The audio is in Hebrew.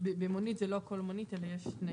שבמונית זה לא הכול מונית, אלא יש תנאים.